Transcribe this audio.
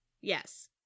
yes